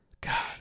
God